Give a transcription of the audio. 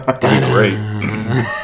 Great